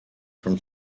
from